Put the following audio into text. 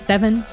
Seven